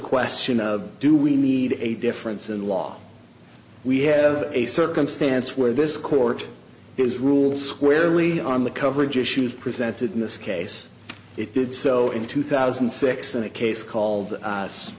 question of do we need a difference in law we have a circumstance where this court has ruled squarely on the coverage issues presented in this case it did so in two thousand and six in a case called